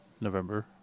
November